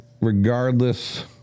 Regardless